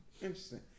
Interesting